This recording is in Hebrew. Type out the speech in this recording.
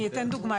אני אתן דוגמה.